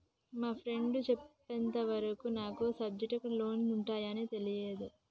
మా ఫ్రెండు చెప్పేంత వరకు నాకు సబ్సిడైజ్డ్ లోన్లు ఉంటయ్యని తెలీదు